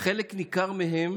חלק ניכר מהם